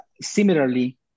Similarly